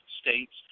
states